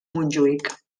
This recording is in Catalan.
montjuïc